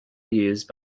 used